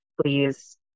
please